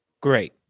Great